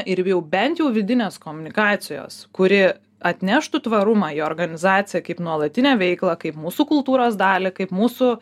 ir jau bent jau vidinės komunikacijos kuri atneštų tvarumą į organizaciją kaip nuolatinę veiklą kaip mūsų kultūros dalį kaip mūsų